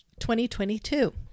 2022